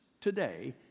today